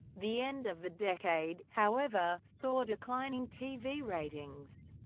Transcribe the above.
the end of the decade, however, saw declining tv ratings,